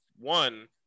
one